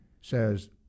says